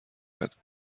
دقت